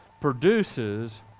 produces